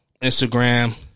Instagram